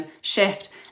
shift